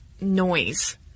noise